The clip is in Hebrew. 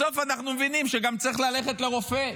בסוף אנחנו מבינים שגם צריך ללכת לרופא.